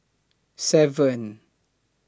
seven